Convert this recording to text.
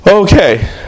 Okay